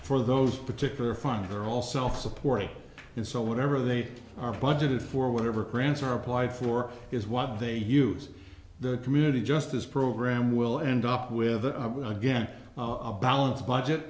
for those particular fund they're all self supporting and so whatever they are budgeted for whatever grants are applied for is what they use the community justice program will end up with again a balanced budget